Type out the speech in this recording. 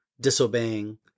disobeying